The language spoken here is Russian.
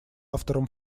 автором